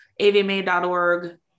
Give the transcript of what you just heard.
avma.org